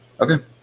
okay